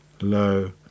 low